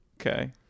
Okay